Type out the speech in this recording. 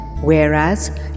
whereas